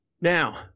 Now